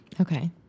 Okay